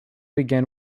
began